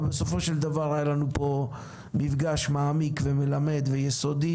אבל בסופו של דבר היה לנו פה מפגש מעמיק ומלמד ויסודי,